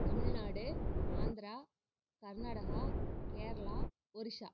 Tamil Nadu Andhra Karnataka Kerala Orissa